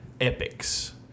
epics